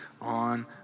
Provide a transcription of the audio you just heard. on